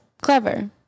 Clever